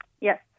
Yes